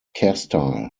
castile